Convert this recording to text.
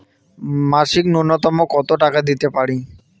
মাসিক নূন্যতম কত টাকা দিতে পারি?